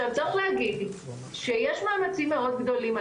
צריך להגיד שיש מאמצים מאוד גדולים,